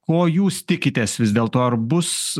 ko jūs tikitės vis dėlto ar bus